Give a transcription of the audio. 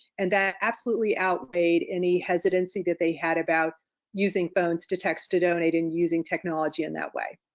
and that absolutely outweighed any hesitancy that they had about using phones to text to donate and using technology in that way.